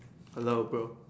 hello bro